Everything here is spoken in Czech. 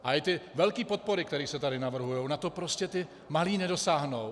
A i ty velké podpory, které se tady navrhují, na to prostě ti malí nedosáhnou.